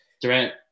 Durant